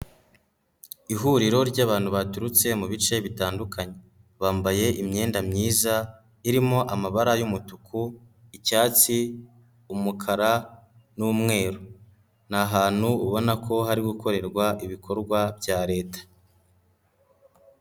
Ihuriro ryabantu baturutse mu bice bitandukanye, bambaye imyenda myiza irimo amabara yumutuku, icyatsi, umukara n'umweru, n'ahantu ubona ko hari gukorerwa ibikorwa bya Leta.